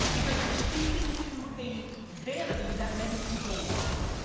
because you're speaking to a vanity that many people want.